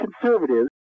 conservatives